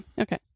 Okay